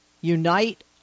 unite